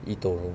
eToro